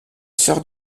sœur